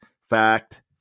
fact